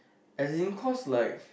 as in cause like